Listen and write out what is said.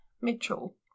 mitchell